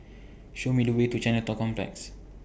Show Me The Way to Chinatown Complex